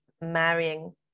marrying